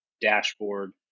dashboard